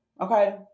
okay